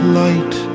light